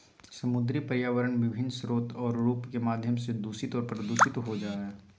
समुद्री पर्यावरण विभिन्न स्रोत और रूप के माध्यम से दूषित और प्रदूषित हो जाय हइ